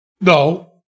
No